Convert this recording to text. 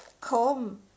come